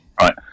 right